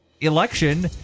election